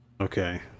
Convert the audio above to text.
Okay